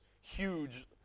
huge